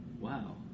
Wow